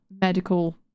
medical